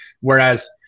whereas